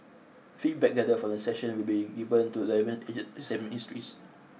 feedback gathered from the session will be given to the relevant agencies and ministries